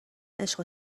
عشق